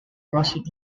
crossing